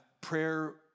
prayer